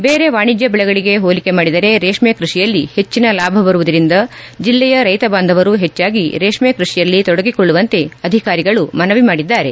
ಬೇರೆ ವಾಣಿಜ್ಯ ಬೆಳೆಗಳಿಗೆ ಹೋಲಿಕೆ ಮಾಡಿದರೆ ರೇಷ್ಮೆ ಕೃಷಿಯಲ್ಲಿ ಹೆಚ್ಚಿನ ಲಾಭ ಬರುವುದರಿಂದ ಜಿಲ್ಲೆಯ ರೈತ ಬಾಂಧವರು ಹೆಚ್ಚಾಗಿ ರೇಷ್ಮೆ ಕೃಷಿಯಲ್ಲಿ ತೊಡಗಿಕೊಳ್ಳುವಂತೆ ಅಧಿಕಾರಿಗಳು ಮನವಿ ಮಾಡಿದ್ದಾರೆ